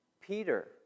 Peter